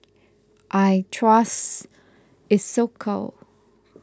I trust Isocal